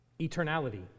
eternality